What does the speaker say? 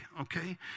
okay